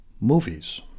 movies